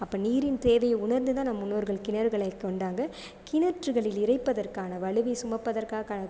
அப்போ நீரின் தேவையை உணர்ந்து தான் நம் முன்னோர்கள் கிணறுகளைக் கொண்டாங்க கிணற்றுகளில் இறைப்பதற்கான வலுவை சுமப்பதற்காக